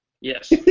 Yes